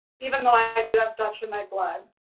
even though i do have dutch in my blood.